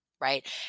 Right